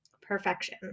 perfection